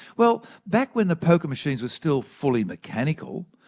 well back when the poker machines were still fully mechanical,